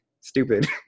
stupid